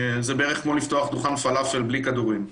זה בערך כמו לפתוח דוכן פלאפל בלי כדורים.